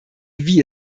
wie